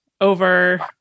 over